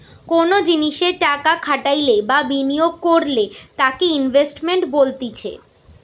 কোনো জিনিসে টাকা খাটাইলে বা বিনিয়োগ করলে তাকে ইনভেস্টমেন্ট বলতিছে